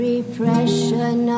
Repression